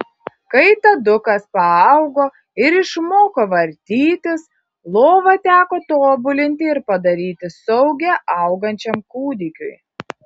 kai tadukas paaugo ir išmoko vartytis lovą teko tobulinti ir padaryti saugią augančiam kūdikiui